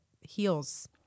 heals